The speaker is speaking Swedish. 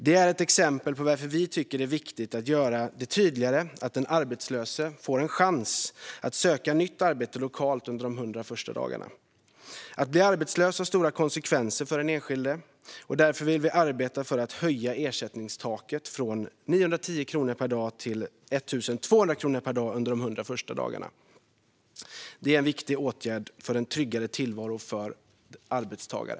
Detta är ett exempel som visar varför vi tycker att det är viktigt att göra det tydligare att den arbetslöse får en chans att söka nytt arbete lokalt under de 100 första dagarna. Att bli arbetslös har stora konsekvenser för den enskilde, och därför vill vi arbeta för att höja ersättningstaket från 910 till 1 200 kronor per dag under de 100 första dagarna. Detta är en viktig åtgärd för en tryggare tillvaro för arbetstagare.